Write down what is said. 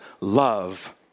love